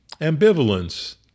ambivalence